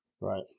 Right